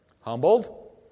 Humbled